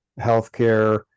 healthcare